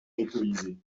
ghettoïsés